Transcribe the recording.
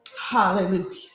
Hallelujah